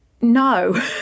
no